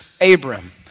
Abram